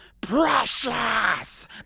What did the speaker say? precious